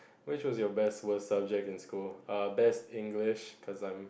which was your best worst subjects in school er best English cause I'm